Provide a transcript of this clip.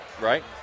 right